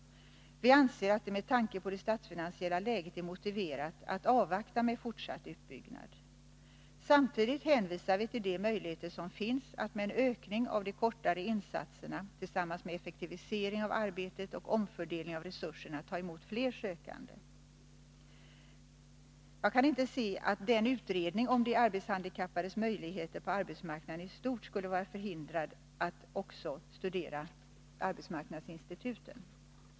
Vi anser att det med tanke på det statsfinansiella läget är motiverat att avvakta med fortsatt utbyggnad. Samtidigt hänvisar vi till de möjligheter som finns att med en ökning av de kortare insatserna tillsammans med effektivisering av arbetet och omfördelning av resurserna ta emot fler sökande. Jag kan inte finna att utredningen om de arbetshandikappades möjligheter på arbetsmarknaden i stort skulle vara förhindrad att också studera arbetsmarknadsinstituten.